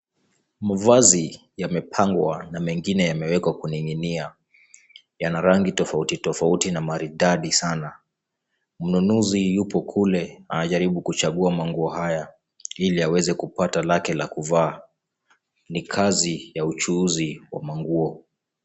Mavazi yamepangwa na mengine yamewekwa kuning'inia, yana rangi tofauti tofauti na maridadi sana. Mnunuzi yupo kule anajaribu kuchagua manguo haya, ili aweze kupata lake la kuvaa. Ni kazi ya uchuuzi wa manguo.